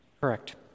Correct